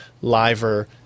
liver